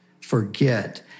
forget